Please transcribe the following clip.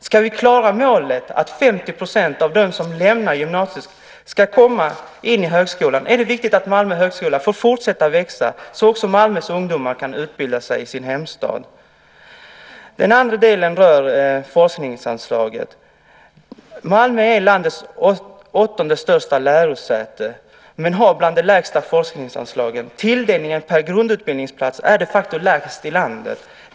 Ska vi klara målet att 50 % av dem som lämnar gymnasiet ska komma in på högskolan är det viktigt att Malmö högskola får fortsätta att växa så att också Malmös ungdomar kan utbilda sig i sin hemstad. Den andra delen rör forskningsanslaget. Malmö är landets åttonde största lärosäte men har bland de lägsta forskningsanslagen. Tilldelningen per grundutbildningsplats är de facto lägst i landet.